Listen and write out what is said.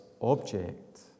object